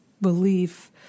belief